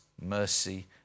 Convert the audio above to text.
mercy